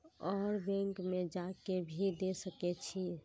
और बैंक में जा के भी दे सके छी?